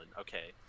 Okay